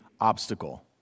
obstacle